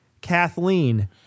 Kathleen